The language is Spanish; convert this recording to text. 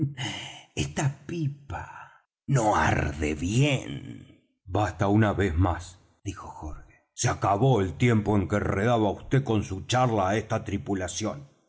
esta pipa no arde bien basta una vez más dijo jorge se acabó el tiempo en que enredaba vd con su charla á esta tripulación